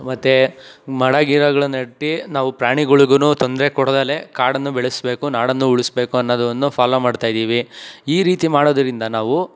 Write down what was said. ಮತ್ತೆ ಮಡ ಗಿಡಗಳನ್ನು ನೆಟ್ಟು ನಾವು ಪ್ರಾಣಿಗಳಿಗೂನು ತೊಂದರೆ ಕೊಡದಲೇ ಕಾಡನ್ನು ಬೆಳೆಸಬೇಕು ನಾಡನ್ನು ಉಳಿಸಬೇಕು ಅನ್ನೋದನ್ನ ಫಾಲೋ ಮಾಡ್ತಾ ಇದ್ದೀವಿ ಈ ರೀತಿ ಮಾಡೋದರಿಂದ ನಾವು